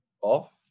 off